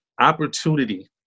Opportunity